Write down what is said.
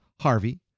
Harvey